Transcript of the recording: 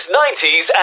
90s